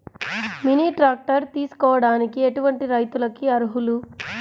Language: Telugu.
మినీ ట్రాక్టర్ తీసుకోవడానికి ఎటువంటి రైతులకి అర్హులు?